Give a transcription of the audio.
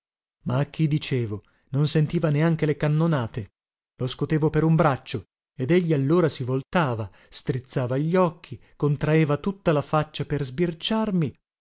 a chi dicevo non sentiva neanche le cannonate lo scotevo per un braccio ed egli allora si voltava strizzava gli occhi contraeva tutta la faccia per sbirciarmi poi